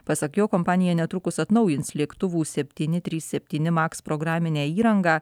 pasak jo kompanija netrukus atnaujins lėktuvų septyni trys septyni maks programinę įrangą